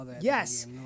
Yes